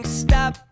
stop